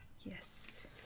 yes